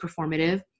performative